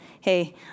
hey